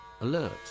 alert